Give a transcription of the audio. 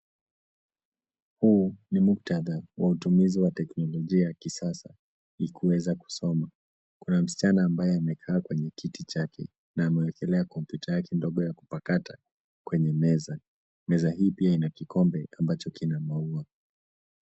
Huu ni muktadha wa utumizi wa teknolojia ya kisasa na kuweza kusoma. Kuna msichana ambaye amekaa kwenye kiti chake, na amewekelea kompyuta yake ya kupakata kwenye meza. Meza hii pia ina kikombe ambacho kina maua.